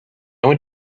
went